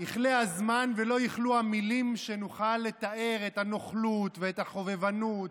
יכלה הזמן ולא יכלו המילים שנוכל לתאר את הנוכלות ואת החובבנות,